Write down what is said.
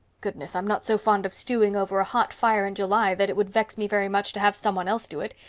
goodness, i'm not so fond of stewing over a hot fire in july that it would vex me very much to have someone else do it.